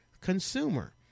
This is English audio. consumer